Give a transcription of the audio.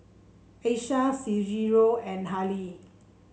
Aisha Cicero and Hallie